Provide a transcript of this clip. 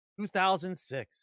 2006